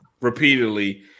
repeatedly